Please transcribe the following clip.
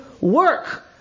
work